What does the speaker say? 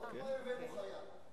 עוד פעם הבאנו חיה.